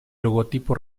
logotipo